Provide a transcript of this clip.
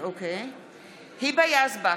היבה יזבק,